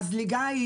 הזליגה,